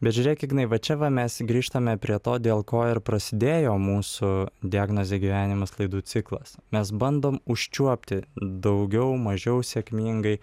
bet žiūrėk ignai va čia va mes grįžtame prie to dėl ko ir prasidėjo mūsų diagnozė gyvenimas laidų ciklas mes bandom užčiuopti daugiau mažiau sėkmingai